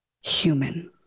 human